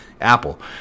apple